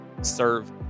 serve